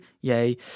yay